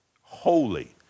holy